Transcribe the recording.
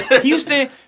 Houston